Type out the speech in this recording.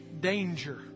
danger